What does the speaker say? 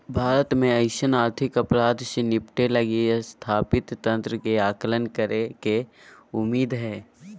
भारत में अइसन आर्थिक अपराध से निपटय लगी स्थापित तंत्र के आकलन करेके उम्मीद हइ